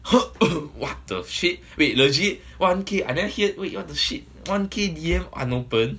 what the shit wait legit one K I never heard wait what the shit one K D_M unopened